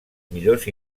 millors